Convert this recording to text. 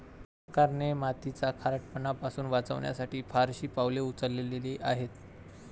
सरकारने मातीचा खारटपणा पासून वाचवण्यासाठी फारशी पावले उचलली आहेत